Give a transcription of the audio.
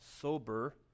sober